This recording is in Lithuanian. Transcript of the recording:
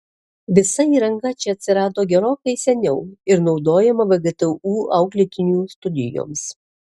visa įranga čia atsirado gerokai seniau ir naudojama vgtu auklėtinių studijoms